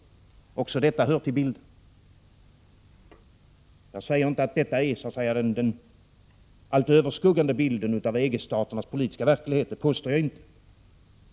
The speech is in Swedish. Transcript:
Också detta hör till bilden. Jag säger inte att detta är den allt överskuggande bilden av EG-staternas politiska verklighet. Det påstår jag inte.